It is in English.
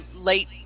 late